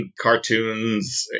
cartoons